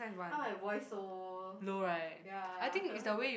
why my voice so soft ya